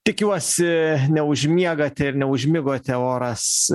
tikiuosi neužmiegate ir neužmigote oras